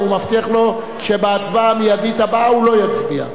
והוא מבטיח לו שבהצבעה המיידית הבאה הוא לא יצביע.